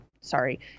sorry